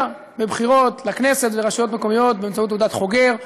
בבחירות לכנסת ולרשויות מקומיות באמצעות תעודת חוגר.